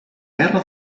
guerra